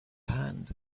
hand